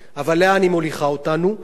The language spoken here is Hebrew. למצב של מדינה דו-לאומית,